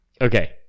Okay